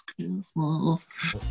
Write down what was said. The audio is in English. Christmas